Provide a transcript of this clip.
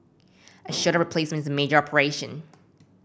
a shoulder replacement is a major operation